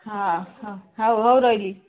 ହଁ ହ ହଉ ହଉ ରହିଲି